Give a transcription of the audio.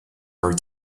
are